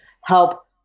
help